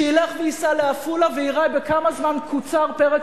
שילך וייסע לעפולה ויראה בכמה זמן קוצר פרק